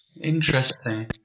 Interesting